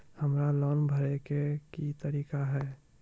हमरा लोन भरे के की तरीका है?